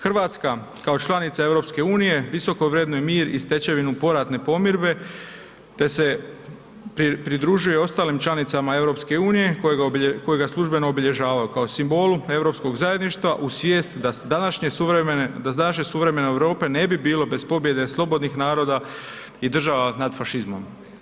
Hrvatska kao članica EU visoko vrednuje mir i stečevinu poratne pomirbe te se pridružuje i ostalim članicama EU kojega službeno obilježavaju kao simbolu europskog zajedništva uz svijest da današnje suvremene Europe ne bi bilo bez pobjede slobodnih naroda i država nad fašizmom.